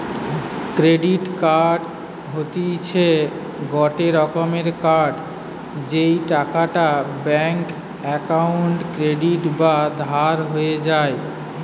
credit card হতিছে গটে রকমের কার্ড যেই টাকাটা ব্যাঙ্ক অক্কোউন্টে ক্রেডিট বা ধার হয়ে যায়